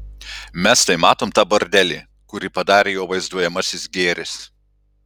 mes tai matom tą bordelį kurį padarė jo vaizduojamasis gėris